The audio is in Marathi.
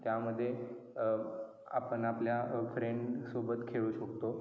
त्यामध्ये आपण आपल्या फ्रेंडसोबत खेळू शकतो